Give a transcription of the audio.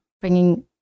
bringing